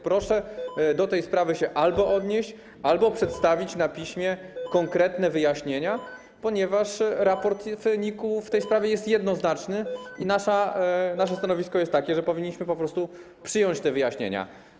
Proszę do tej sprawy albo się odnieść, albo przedstawić na piśmie konkretne wyjaśnienia, ponieważ raport NIK-u w tej sprawie jest jednoznaczny i nasze stanowisko jest takie, że powinniśmy po prostu przyjąć te wyjaśnienia.